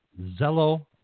Zello